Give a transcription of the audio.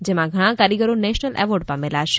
જેમાં ઘણા કારીગરો નેશનલ એવોર્ડ પામેલા છે